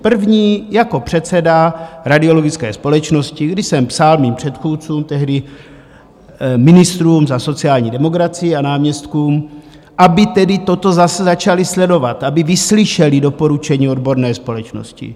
První jako předseda Radiologické společnosti, kdy jsem psal svým předchůdcům, tehdy ministrům za sociální demokracii a náměstkům, aby tedy toto zase začali sledovat, aby vyslyšeli doporučení odborné společnosti.